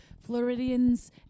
Floridians